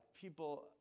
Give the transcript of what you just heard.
people